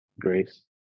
grace